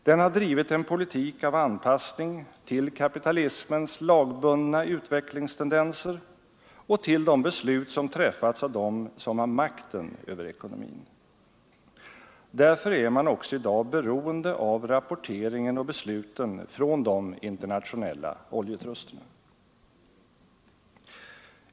Den har drivit en politik av anpassning till kapitalismens lagbundna utvecklingstendenser och till de beslut som träffats av dem som har makten över ekonomin. Därför är man också i dag beroende av rapporteringen och besluten från de internationella oljetrusterna.